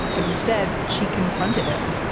but instead she confronted him,